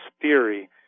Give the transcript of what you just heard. theory